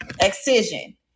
Excision